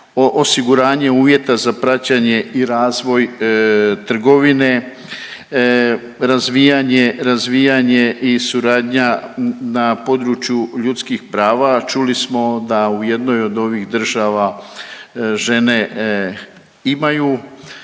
osiguranje uvjeta za praćenje i razvoj trgovine, razvijanje, razvijanje i suradnja na području ljudskih prava, a čuli smo da u jednoj od ovih država žene imaju